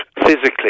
physically